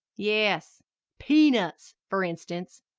yes peanuts, for instance,